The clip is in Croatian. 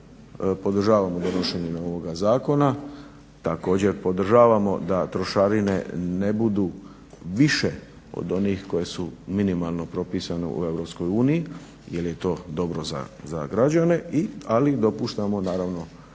podržavamo donošenje ovoga zakona. Također podržavamo da trošarine ne budu više od onih koje su minimalno propisane u EU jel je to dobro za građane ali i dopuštamo naravno